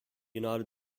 united